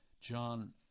John